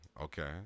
okay